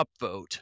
upvote